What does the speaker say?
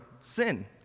sin